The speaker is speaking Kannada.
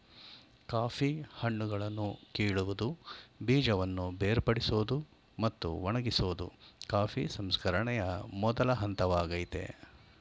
ಕಾಫಿ ಹಣ್ಣುಗಳನ್ನು ಕೀಳುವುದು ಬೀಜವನ್ನು ಬೇರ್ಪಡಿಸೋದು ಮತ್ತು ಒಣಗಿಸೋದು ಕಾಫಿ ಸಂಸ್ಕರಣೆಯ ಮೊದಲ ಹಂತವಾಗಯ್ತೆ